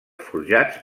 forjats